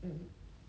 mm